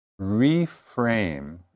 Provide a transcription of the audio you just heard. reframe